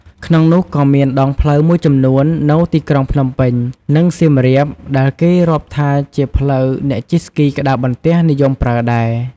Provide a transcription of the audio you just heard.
ក្នុងនោះក៏មានដងផ្លូវមួយចំនួននៅទីក្រុងភ្នំពេញ និងសៀមរាបដែលគេរាប់ថាជាផ្លូវអ្នកជិះស្គីក្ដារបន្ទះនិយមប្រើដែរ។